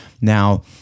Now